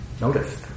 noticed